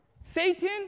Satan